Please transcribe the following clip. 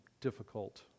difficult